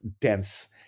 dense